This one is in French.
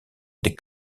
des